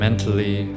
Mentally